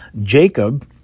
Jacob